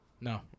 No